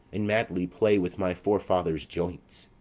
and madly play with my forefathers' joints,